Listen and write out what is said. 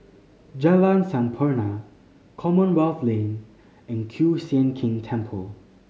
Jalan Sampurna Commonwealth Lane and Kiew Sian King Temple